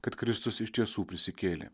kad kristus iš tiesų prisikėlė